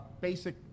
basic